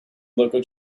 local